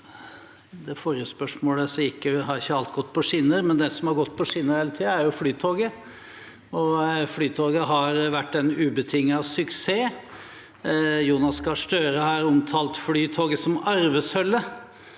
det forrige spørsmålet hadde ikke alt gått på skinner, men det som har gått på skinner hele tiden, er Flytoget. Flytoget har vært en ubetinget suksess. Jonas Gahr Støre har omtalt Flytoget som «arvesølvet»,